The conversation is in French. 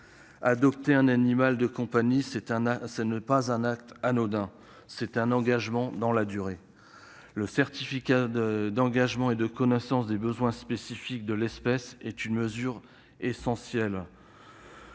Adopter un animal de compagnie n'est pas un acte anodin ; c'est un engagement dans la durée. Le certificat d'engagement et de connaissance des besoins spécifiques de l'espèce est une mesure essentielle